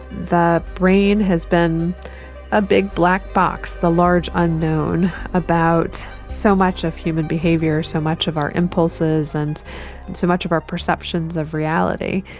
the brain has been a big black box, the large unknown about so much of human behaviour, so much of our impulses, and so much of our perceptions of reality.